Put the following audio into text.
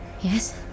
Yes